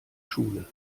schule